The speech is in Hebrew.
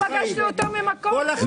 --- בתפיסה שלי --- לא פגשתי אותו ממקום טוב.